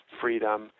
freedom